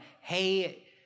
hey